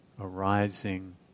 arising